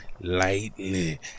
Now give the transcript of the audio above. Lightly